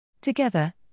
Together